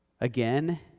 Again